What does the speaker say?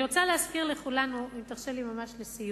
אני רוצה להזכיר לכולנו, אם תרשה לי, ממש לסיום,